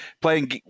playing